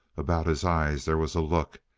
about his eyes there was the look,